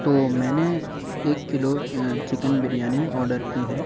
تو میں نے ایک کلو چکن بریانی آرڈر کی ہے